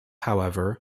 however